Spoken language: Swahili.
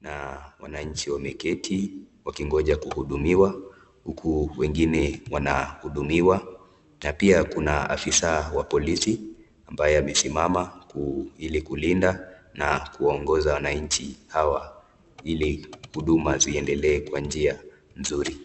na wananchi wameketi wakingoja kuhudumiwa huku wengine wanahudumiwa. Na pia kuna afisa wa polisi ambaye amesimama ili kulinda na kuwaongoza wananchi hawa ili huduma ziendelee kwa njia nzuri.